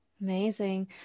Amazing